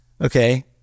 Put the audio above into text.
Okay